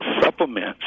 supplements